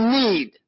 need